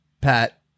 Pat